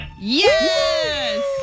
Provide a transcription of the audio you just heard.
Yes